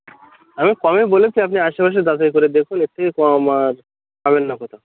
আমি কমই বলেছি আপনি আশেপাশে দরাদরি করে দেখুন এর থেকে কম আর পাবেন না কোথাও